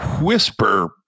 whisper